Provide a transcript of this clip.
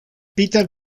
peter